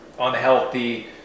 unhealthy